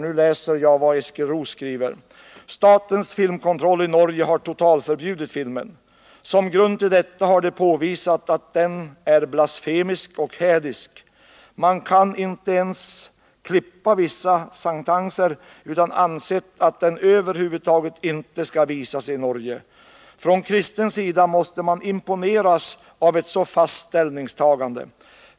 Eskil Roos skriver följande: ”Statens filmkontroll i Norge har totalförbjudit filmen. Som grund till detta har de påvisat att den är blasfemisk och hädisk. Man har inte ens kunnat klippa vissa sentenser, utan ansett att den över huvud taget inte skall visas i Norge. Från kristen sida måste man imponeras av ett så fast ställningstagande.